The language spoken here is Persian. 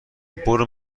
برو